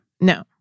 No